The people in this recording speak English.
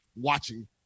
watching